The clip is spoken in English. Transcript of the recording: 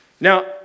Now